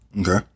Okay